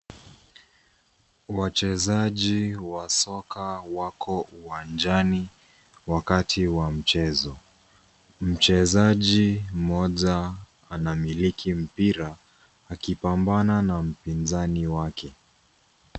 Wachezaji wa soka wako uwanjani wakati wa mchezo. Mchezaji mmoja anamiliki mpira, akipambana na mpinzani wake.